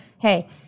Hey